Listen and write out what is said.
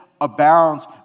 abounds